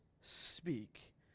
speak